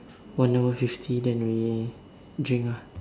one hour fifty then we drink ah